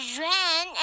ran